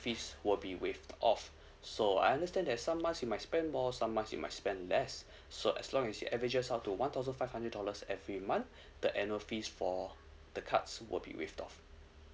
fees will be waived off so I understand that some months you might spend more some months you might spend less so as long as averages out to one thousand five hundred dollars every month the annual fees for the cards will be waived off